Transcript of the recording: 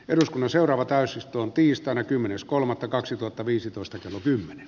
eduskunnan seuraava täys on tiistaina kymmenens kolmatta kaksitoista viisitoista to klo kymmenen